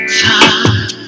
time